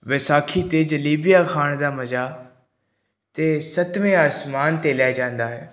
ਵਿਸਾਖੀ 'ਤੇ ਜਲੇਬੀਆਂ ਖਾਣ ਦਾ ਮਜ਼ਾ ਤਾਂ ਸੱਤਵੇਂ ਅਸਮਾਨ 'ਤੇ ਲੈ ਜਾਂਦਾ ਹੈ